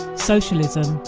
socialism,